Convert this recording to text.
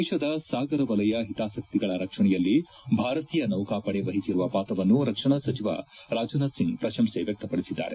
ದೇಶದ ಸಾಗರ ವಲಯ ಹಿತಾಸಕ್ಕಿಗಳ ರಕ್ಷಣೆಯಲ್ಲಿ ಭಾರತೀಯ ನೌಕಾಪಡೆ ವಹಿಸಿರುವ ಪಾತ್ರವನ್ನು ರಕ್ಷಣಾ ಸಚಿವ ರಾಜನಾಥ್ ಸಿಂಗ್ ಪ್ರಶಂಸೆ ವ್ಲಕ್ತಪಡಿಸಿದ್ದಾರೆ